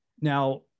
Now